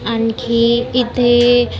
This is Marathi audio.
आणखी इथे